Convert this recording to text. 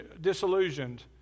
disillusioned